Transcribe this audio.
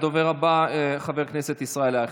הדובר הבא, חבר הכנסת ישראל אייכלר,